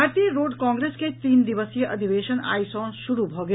भारतीय Road Congress के तीन दिवसीय अधिवेशन आई सँ शुरू भऽ गेल